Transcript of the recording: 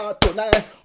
tonight